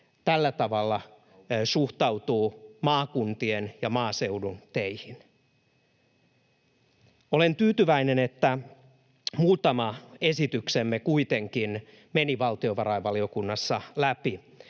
tällä tavalla suhtautuu maakuntien ja maaseudun teihin. Olen tyytyväinen, että muutama esityksemme kuitenkin meni valtiovarainvaliokunnassa läpi.